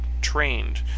trained